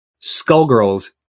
Skullgirls